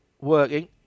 working